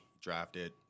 drafted